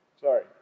Sorry